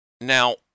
Now